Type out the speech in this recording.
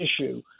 issue